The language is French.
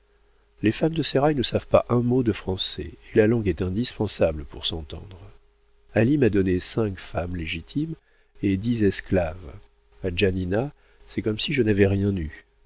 les femmes de sérail ne savent pas un mot de français et la langue est indispensable pour s'entendre ali m'a donné cinq femmes légitimes et dix esclaves a janina c'est comme si je n'avais rien eu